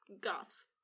goths